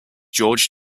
george